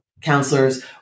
counselors